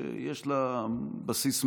שיש לה בסיס מסוים,